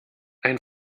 ein